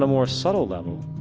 ah more subtle level,